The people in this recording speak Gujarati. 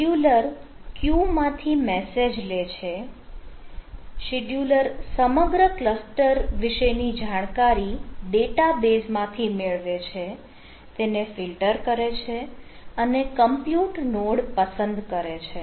શિડયુલર ક્યૂ માંથી મેસેજ લે છે શિડયુલર સમગ્ર ક્લસ્ટર વિશેની જાણકારી ડેટાબેઝ માંથી મેળવે છે તેને ફિલ્ટર કરે છે અને કમ્પ્યુટ નોડ પસંદ કરે છે